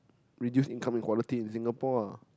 reduce income inequality in Singapore ah